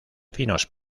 finos